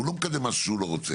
הוא לא מקדם משהו שהוא לא רוצה.